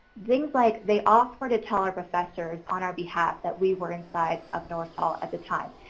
things like they offered to tell our professors on our behalf, that we were inside of norris hall at the time.